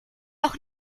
auch